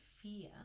fear